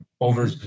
over